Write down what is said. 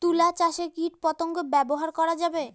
তুলা চাষে কীটপতঙ্গ ব্যবহার করা যাবে?